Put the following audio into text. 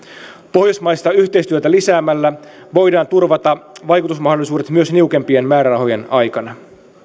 pohjoismaista yhteistyötä lisäämällä voidaan turvata vaikutusmahdollisuudet myös niukempien määrärahojen aikana